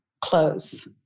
close